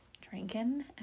drinking